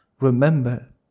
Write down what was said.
remember